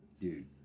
Dude